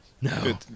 No